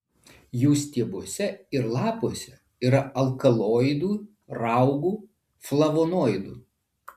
jų stiebuose ir lapuose yra alkaloidų raugų flavonoidų